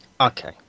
Okay